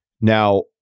Now